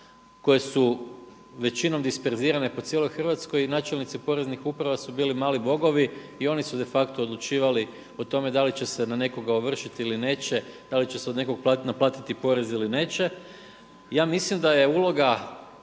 koje su većinom disperzirane po cijeloj Hrvatskoj i načelnici poreznih uprava su bili mali bogovi i oni su de facto odlučivali o tome da li će se na nekoga ovršiti ili neće, da li će se od nekoga naplatiti porez ili neće. Ja mislim da je uloga